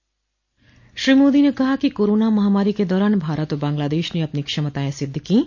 श्री मोदी ने कहा कि कोरोना महामारी के दौरान भारत और बांग्लादेश ने अपनी क्षमताएं सिद्ध कीं